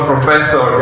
Professor